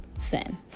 sin